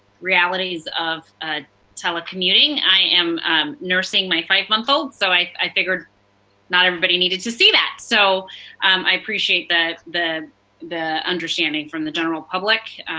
realities of ah telecommuting. i am nursing my five month old, so i i figured not everybody needed to see that. so um i appreciate the the understanding from the general public.